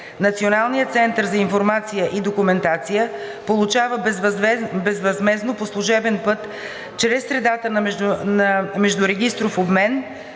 Националният център за информация и документация получава безвъзмездно по служебен път чрез средата за междурегистров обмен,